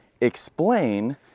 explain